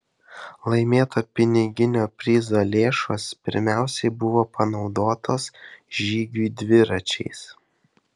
laimėto piniginio prizo lėšos pirmiausiai buvo panaudotos žygiui dviračiais